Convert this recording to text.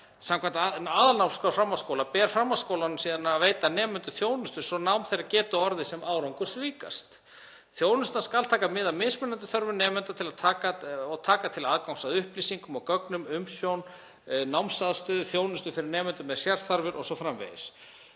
Samkvæmt aðalnámskrá framhaldsskóla ber framhaldsskólanum síðan að veita nemendum þjónustu svo nám þeirra geti orðið sem árangursríkast. Þjónustan skal taka mið af mismunandi þörfum nemenda og taka til aðgangs að upplýsingum og gögnum, umsjón, námsaðstöðu, þjónustu fyrir nemendur með sérþarfir o.s.frv.